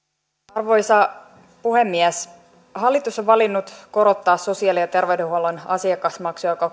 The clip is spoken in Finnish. arvoisa puhemies hallitus on valinnut korottaa sosiaali ja terveydenhuollon asiakasmaksuja